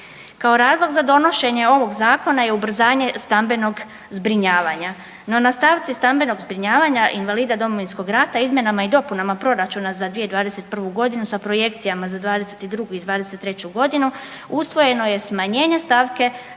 Kao razlog za donošenje ovog zakona je ubrzanje stambenog zbrinjavanja, no na stavci stambenog zbrinjavanja invalida Domovinskog rata izmjenama i dopunama proračuna za 2021. godinu sa projekcijama za dvadeset i drugu i dvadeset i treću godinu usvojeno je smanjenje stavke